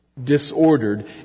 disordered